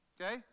Okay